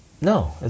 no